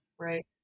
Right